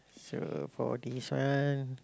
so for this one